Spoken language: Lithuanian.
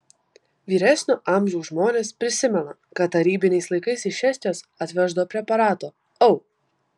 vyresnio amžiaus žmonės prisimena kad tarybiniais laikais iš estijos atveždavo preparato au